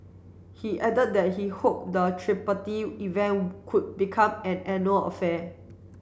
he added that he hoped the event could become an annual affair